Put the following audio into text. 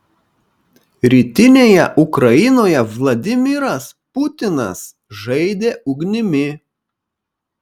rytinėje ukrainoje vladimiras putinas žaidė ugnimi